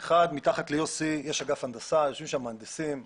מתחת ליוסי יש אגף הנדסה שיושבים בו מהנדסים רציניים,